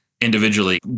individually